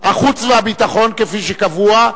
החוץ והביטחון, כפי שקבוע,